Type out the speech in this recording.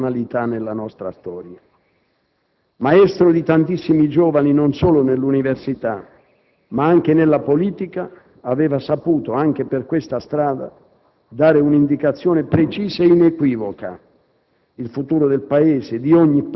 come a poche altre personalità nella nostra storia. Maestro di tantissimi giovani, non solo nell'università, ma anche nella politica, aveva saputo, anche per questa strada, dare un'indicazione precisa e inequivoca: